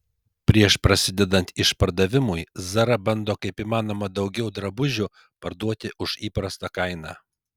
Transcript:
prieš prasidedant išpardavimui zara bando kaip įmanoma daugiau drabužių parduoti už įprastą kainą